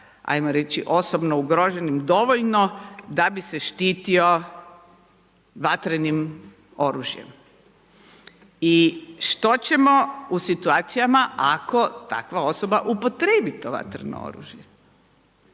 hajmo reći osobno ugrožen dovoljno da bi se štitio vatrenim oružjem. I što ćemo u situacijama ako takva osoba upotrijebi to vatreno oružje?